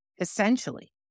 essentially